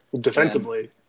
Defensively